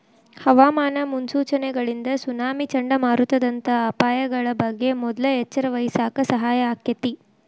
ಹವಾಮಾನ ಮುನ್ಸೂಚನೆಗಳಿಂದ ಸುನಾಮಿ, ಚಂಡಮಾರುತದಂತ ಅಪಾಯಗಳ ಬಗ್ಗೆ ಮೊದ್ಲ ಎಚ್ಚರವಹಿಸಾಕ ಸಹಾಯ ಆಕ್ಕೆತಿ